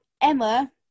Emma